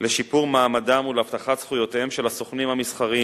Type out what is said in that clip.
לשיפור מעמדם ולהבטחת זכויותיהם של הסוכנים המסחריים,